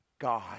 God